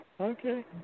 Okay